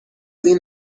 این